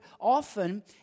often